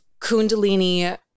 kundalini